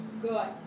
good